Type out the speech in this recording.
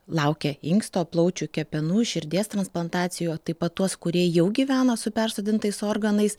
laukia inksto plaučių kepenų širdies transplantacijų taip pat tuos kurie jau gyvena su persodintais organais